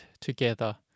together